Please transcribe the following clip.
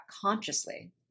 consciously